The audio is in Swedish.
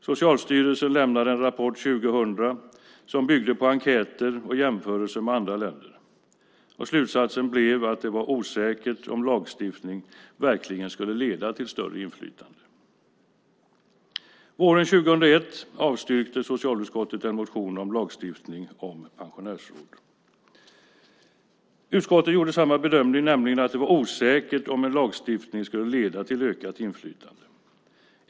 Socialstyrelsen lämnade 2000 en rapport som byggde på enkäter och jämförelser med andra länder. Slutsatsen blev att det var osäkert om lagstiftning verkligen skulle leda till större inflytande. Våren 2001 avstyrkte socialutskottet en motion om lagstiftning om pensionärsråd. Utskottet gjorde samma bedömning, nämligen att det var osäkert om en lagstiftning skulle leda till ökat inflytande.